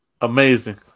Amazing